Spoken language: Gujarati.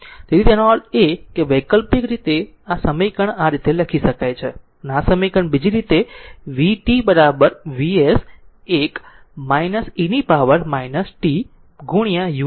તેથી આનો અર્થ એ કે વૈકલ્પિક રીતે આ સમીકરણ આ લખી શકે છે આ સમીકરણ બીજી રીતે કે તે vt Vs 1 e power t ગુણ્યા utછે